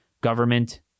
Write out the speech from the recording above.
government